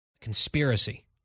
Conspiracy